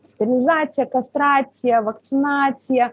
sterilizacija kastracija vakcinacija